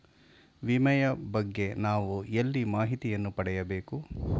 ವಿಮೆಯ ಬಗ್ಗೆ ನಾವು ಎಲ್ಲಿ ಮಾಹಿತಿಯನ್ನು ಪಡೆಯಬೇಕು?